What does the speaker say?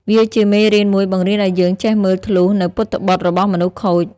វាជាមេរៀនមួយបង្រៀនឱ្យយើងចេះមើលធ្លុះនូវពុតត្បុតរបស់មនុស្សខូច។